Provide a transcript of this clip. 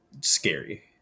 scary